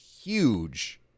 huge